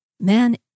Man